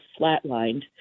flatlined